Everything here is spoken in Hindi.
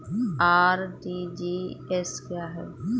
आर.टी.जी.एस क्या है?